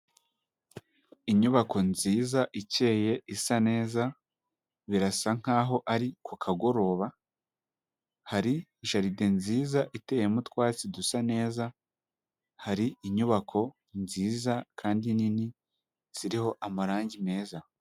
Inyubako nziza ikeye isa neza birasa nkaho ari ku kagoroba, hari jalide nziza iteyemo utwatsi dusa neza, hari inyubako nziza kandi nini ziriho amarangi meza.